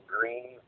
green